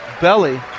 belly